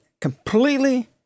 completely